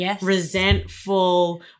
resentful